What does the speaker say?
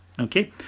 okay